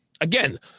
again